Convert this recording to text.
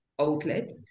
outlet